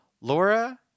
Laura